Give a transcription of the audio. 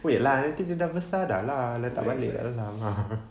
wait lah nanti dia dah besar dah lah letak balik kat dalam